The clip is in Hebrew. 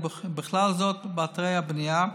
ובכלל זה באתרי הבנייה,